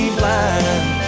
blind